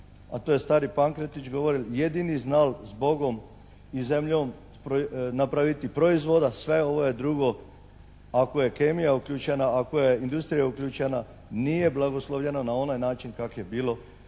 a to je stari Pankretić govoril, jedini znal s Bogom i zemljom napraviti proizvoda. Sve ovo drugo ako je kemija uključena, ako je industrija uključena nije blagoslovljena na onaj način kak je bilo